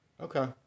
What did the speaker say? okay